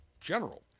General